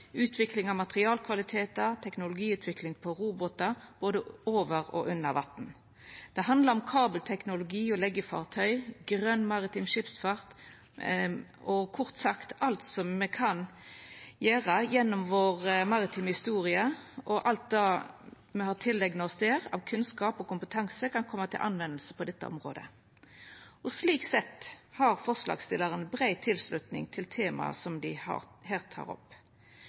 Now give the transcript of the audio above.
utvikling av materialkvalitetar og teknologiutvikling av robotar, både over og under vatn. Det handlar om kabelteknologi og leggjefartøy og grøn maritim skipsfart – kort sagt at alt det me har tileigna oss gjennom vår maritime historie av kunnskap og kompetanse, kan koma til nytte på dette området. Slik sett har forslagsstillarane brei tilslutning til temaet som dei her tek opp.